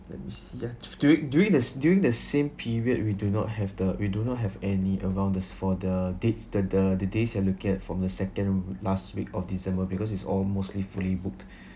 let me see ah during during the s~ during the same period we do not have the we do not have any around this for the dates the uh the days I look at from the second last week of december because it's all mostly fully booked